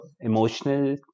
emotional